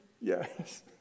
Yes